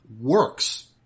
works